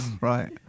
Right